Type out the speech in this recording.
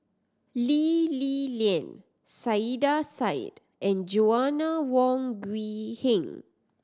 Lee Li Lian Saiedah Said and Joanna Wong Quee Heng